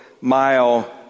mile